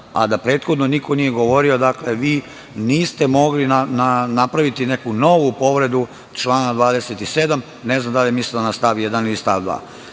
a da prethodno niko nije govorio. Dakle, vi niste mogli napraviti neku novu povredu člana 27. Ne znam da li je mislila na stav 1. ili stav 2.To